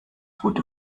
gut